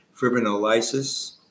fibrinolysis